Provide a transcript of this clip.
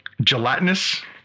gelatinous